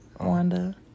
Wanda